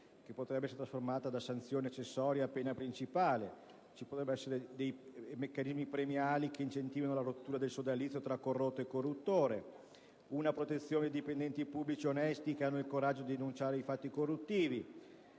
che potrebbe essere trasformata da sanzione accessoria a pena principale; l'introduzione di meccanismi premiali che incentivino la rottura del sodalizio tra corrotto e corruttore; la protezione dei dipendenti pubblici onesti che hanno il coraggio di denunciare i fatti corruttivi